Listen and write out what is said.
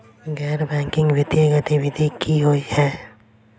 गैर बैंकिंग वित्तीय गतिविधि की होइ है?